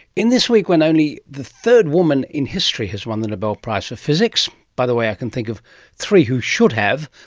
in this week when only the third woman in history has won the nobel prize for physics by the way, i can think of three who should have,